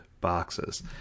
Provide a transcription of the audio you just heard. boxes